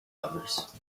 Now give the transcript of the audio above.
others